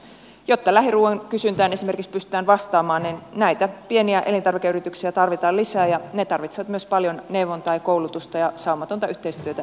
jotta esimerkiksi lähiruuan kysyntään pystytään vastaamaan niin näitä pieniä elintarvikeyrityksiä tarvitaan lisää ja ne tarvitsevat myös paljon neuvontaa ja koulutusta ja saumatonta yhteistyötä viranomaisten kanssa